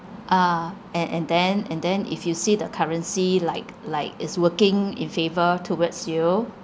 uh and and then and then if you see the currency like like is working in favour towards you